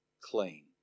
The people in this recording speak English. clean